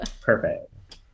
perfect